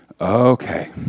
Okay